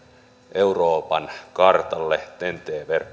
euroopan kartalle ten t